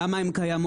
למה הן קיימות,